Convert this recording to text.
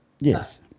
Yes